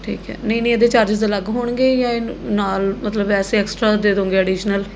ਠੀਕ ਹੈ ਨਹੀਂ ਨਹੀਂ ਇਹਦੇ ਚਾਰਜਿਸ ਅਲੱਗ ਹੋਣਗੇ ਜਾਂ ਇਹਨੂੰ ਨਾਲ਼ ਮਤਲਬ ਵੈਸੇ ਐਕਸਟ੍ਰਾ ਦੇ ਦਿਉਂਗੇ ਐਡੀਸ਼ਨਲ